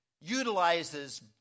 utilizes